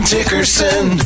Dickerson